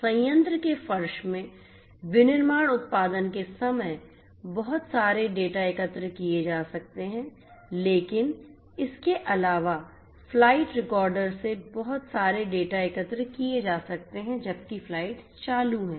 इसलिए संयंत्र के फर्श में विनिर्माण उत्पादन के समय बहुत सारे डेटा एकत्र किए जा सकते हैं लेकिन इसके अलावा फ्लाइट रिकॉर्डर से बहुत सारे डेटा एकत्र किए जा सकते हैं जबकि फ्लाइट्स चालू हैं